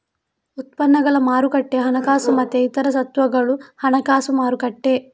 ಉತ್ಪನ್ನಗಳ ಮಾರುಕಟ್ಟೆ ಹಣಕಾಸು ಮತ್ತೆ ಇತರ ಸ್ವತ್ತುಗಳ ಹಣಕಾಸು ಮಾರುಕಟ್ಟೆ